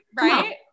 Right